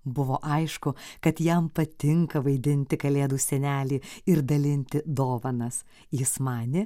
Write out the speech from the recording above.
buvo aišku kad jam patinka vaidinti kalėdų senelį ir dalinti dovanas jis manė